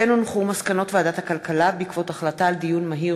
מסקנות ועדת הכלכלה בעקבות דיון מהיר